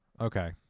Okay